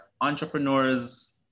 entrepreneurs